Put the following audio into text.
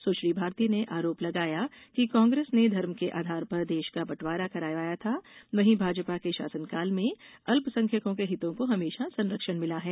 सुश्री भारती ने आरोप लगाया कि कांग्रेस ने धर्म के आधार पर देश का बटवारा करवाया था वहीं भाजपा के शासनकाल में अल्पसंख्यकों के हितों को हमेशा संरक्षण मिला है